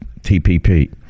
TPP